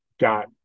got